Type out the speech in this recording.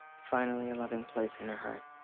finally, a loving place in her heart.